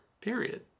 period